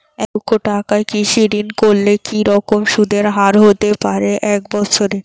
এক লক্ষ টাকার কৃষি ঋণ করলে কি রকম সুদের হারহতে পারে এক বৎসরে?